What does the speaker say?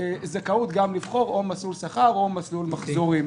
זכאות גם לבחור או מסלול שכר או מסלול מחזורים.